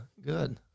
good